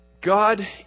God